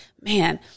man